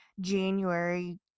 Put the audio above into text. January